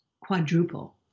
quadruple